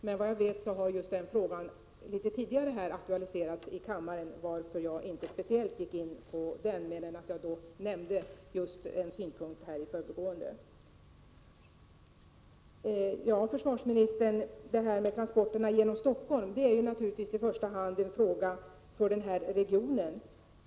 Men såvitt jag vet har den frågan aktualiserats litet tidigare här i kammaren, varför jag inte speciellt gick in på den — mer än att jag nämnde en synpunkt i förbigående. Transporterna genom Stockholm är naturligtvis i första hand, som försvarsministern sade, en fråga för den här regionen.